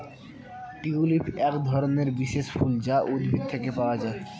tulip একধরনের বিশেষ ফুল যা উদ্ভিদ থেকে পাওয়া যায়